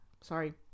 sorry